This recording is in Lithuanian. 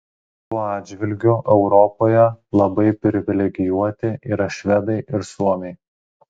tuo atžvilgiu europoje labai privilegijuoti yra švedai ir suomiai